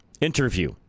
interview